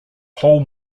whole